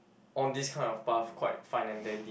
on this kind of path quite fine and then